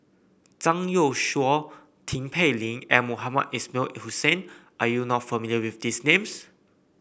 Zhang Youshuo Tin Pei Ling and Mohamed Ismail Hussain Are you not familiar with these names